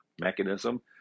mechanism